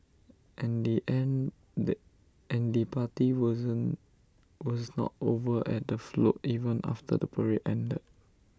and the and the party was was not over at the float even after the parade ended